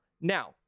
now